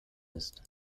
ist